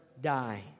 die